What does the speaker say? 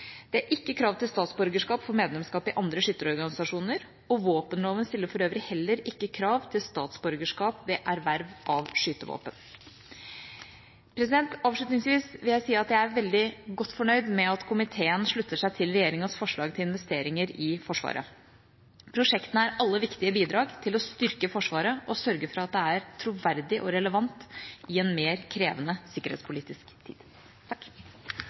Det er ikke krav til statsborgerskap for medlemskap i andre skytterorganisasjoner, og våpenloven stiller for øvrig heller ikke krav til statsborgerskap ved erverv av skytevåpen. Avslutningsvis vil jeg si at jeg er veldig godt fornøyd med at komiteen slutter seg til regjeringas forslag til investeringer i Forsvaret. Prosjektene er alle viktige bidrag til å styrke Forsvaret og sørge for at det er troverdig og relevant i en mer krevende sikkerhetspolitisk tid.